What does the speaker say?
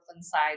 side